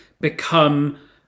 become